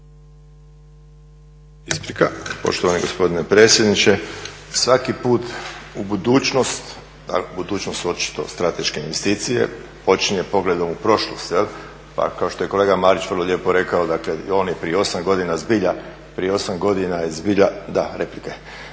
(SDP)** Poštovani gospodine predsjedniče. Svaki put u budućnost, ali budućnost su očito strateške investicije počinje pogledom u prošlost. Pa kao što je kolega Marić vrlo lijepo rekao, dakle i on je prije 8 godina zbilja, prije 8 godina je zbilja, da replika je,